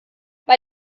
bei